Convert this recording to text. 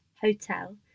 Hotel